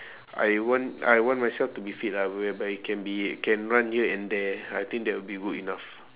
I want I want myself to be fit lah whereby it can be can run here and there I think that will be good enough